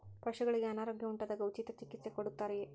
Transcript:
ಪಶುಗಳಿಗೆ ಅನಾರೋಗ್ಯ ಉಂಟಾದಾಗ ಉಚಿತ ಚಿಕಿತ್ಸೆ ಕೊಡುತ್ತಾರೆಯೇ?